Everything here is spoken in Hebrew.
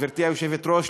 גברתי היושבת-ראש,